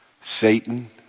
satan